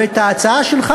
ואת ההצעה שלך,